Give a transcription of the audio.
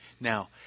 Now